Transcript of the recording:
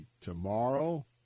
tomorrow